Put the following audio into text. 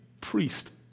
priest